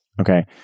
Okay